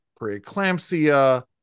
preeclampsia